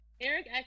Eric